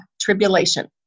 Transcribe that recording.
tribulation